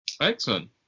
Excellent